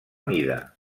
mida